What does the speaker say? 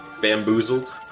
bamboozled